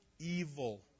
evil